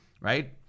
right